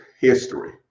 history